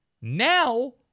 Now